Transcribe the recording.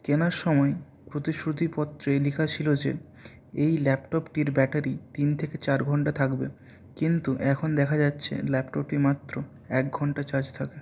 কেনার সময় ওদের শ্রুতিপত্রে লেখা ছিল যে এই ল্যাপটপটির ব্যাটারি তিন থেকে চার ঘন্টা থাকবে কিন্তু এখন দেখা যাচ্ছে ল্যাপটপটি মাত্র এক ঘন্টা চার্জ থাকে